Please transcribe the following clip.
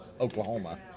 Oklahoma